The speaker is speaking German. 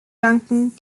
danken